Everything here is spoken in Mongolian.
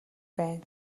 байна